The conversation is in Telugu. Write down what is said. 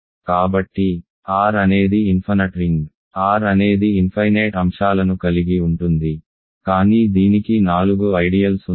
కాబట్టి R అనేది అనంతమైన రింగ్ R అనేది ఇన్ఫైనేట్ అంశాలను కలిగి ఉంటుంది కానీ దీనికి నాలుగు ఐడియల్స్ ఉన్నాయి